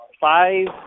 five